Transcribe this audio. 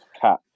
cat